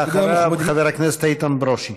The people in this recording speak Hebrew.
ואחריו, חבר הכנסת איתן ברושי.